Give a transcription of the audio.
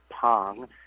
Pong